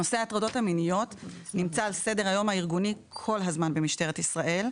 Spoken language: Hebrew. נושא ההטרדות המיניות נמצא על סדר היום הארגוני כל הזמן במשטרת ישראל,